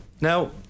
Now